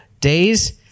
days